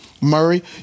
Murray